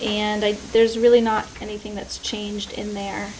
and there's really not anything that's changed in there